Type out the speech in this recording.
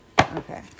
Okay